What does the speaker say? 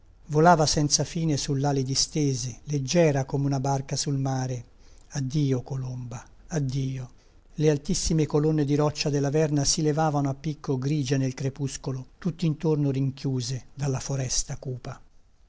volava senza fine sull'ali distese leggera come una barca sul mare addio colomba addio le altissime colonne di roccia della verna si levavano a picco grigie nel crepuscolo tutt'intorno rinchiuse dalla foresta cupa